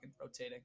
rotating